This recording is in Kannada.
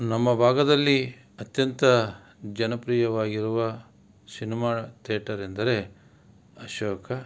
ನಮ್ಮ ಭಾಗದಲ್ಲಿ ಅತ್ಯಂತ ಜನಪ್ರಿಯವಾಗಿರುವ ಸಿನಿಮಾ ತಿಯೇಟರ್ ಎಂದರೆ ಅಶೋಕ